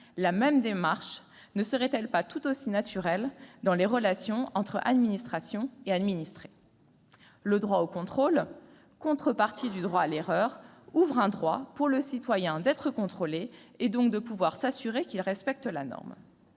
la même démarche ne serait-elle pas tout aussi naturelle dans les relations entre administration et administrés ? Le droit au contrôle, contrepartie du droit à l'erreur, ouvre un droit pour le citoyen d'être contrôlé et donc de pouvoir s'assurer qu'il respecte bien la norme.